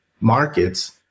markets